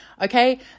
Okay